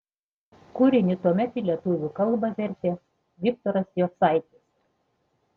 kūrinį tuomet į lietuvių kalbą vertė viktoras jocaitis